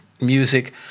music